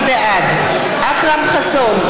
בעד אכרם חסון,